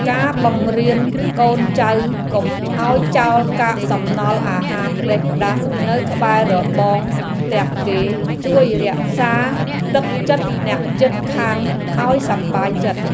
ការបង្រៀនកូនចៅកុំឱ្យចោលកាកសំណល់អាហារផ្តេសផ្តាសនៅក្បែររបងផ្ទះគេ ជួយរក្សាទឹកចិត្តអ្នកជិតខាងឱ្យសប្បាយចិត្ត។